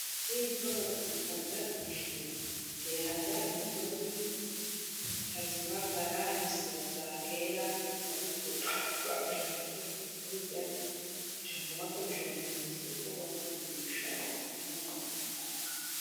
Ibi biribwa babyita ibijumba, batera imigozi kayibagara yakwera bakajya kubiteka bakabirya ,cyangwa bakabijyana mu isoko bakabigurisha bakabona amafaranga.